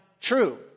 true